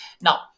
Now